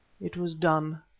it was done,